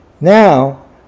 Now